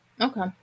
okay